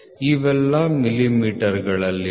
ಇವೆಲ್ಲ ಮಿಲಿಮೀಟರ್ಗಳಲ್ಲಿವೆ